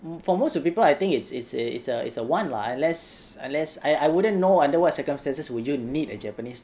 for most people I think it's it's a it's a it's a want lah unless unless I I wouldn't know under what circumstances would you need a japanese